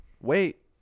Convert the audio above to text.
wait